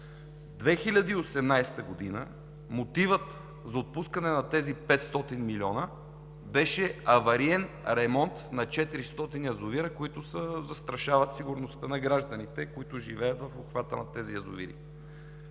2018 г. мотивът за отпускане на тези 500 милиона беше авариен ремонт на 400 язовира, които застрашават сигурността на гражданите, които живеят в обхвата на тези язовири.